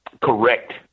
correct